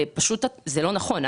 זה לא נכון.